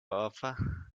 offer